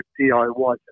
DIY